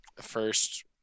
first